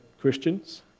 Christians